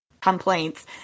complaints